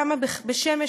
וכמה בשמש,